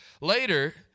Later